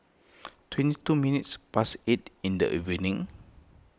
twenty two minutes past eight in the evening